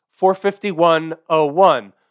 451.01